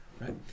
right